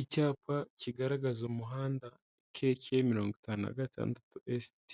Icyapa kigaragaza umuhanda Kk 56 ST